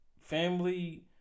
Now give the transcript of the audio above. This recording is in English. family